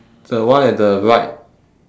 the one at the right